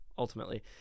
ultimately